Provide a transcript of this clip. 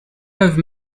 i’ve